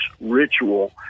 ritual